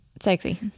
sexy